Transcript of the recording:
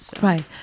Right